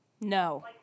No